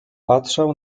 patrzał